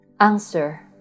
Answer